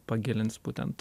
pagilins būtent